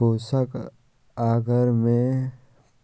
पोषक अगर मे